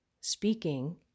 speaking